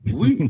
Oui